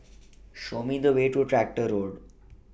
Show Me The Way to Tractor Road